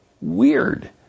weird